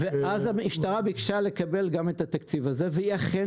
ואז המשטרה ביקשה לקבל גם את התקציב הזה והיא אכן